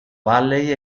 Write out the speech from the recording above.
valley